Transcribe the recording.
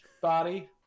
body